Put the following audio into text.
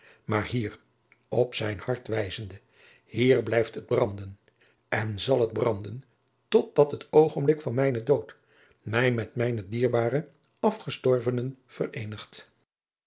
maar hier op zijn hart wijzende hier blijft het branden en zal het branden tot dat het oogenblik van mijnen dood mij met mijne dierbare afgestorvenen vereenigt